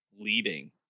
leading